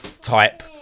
type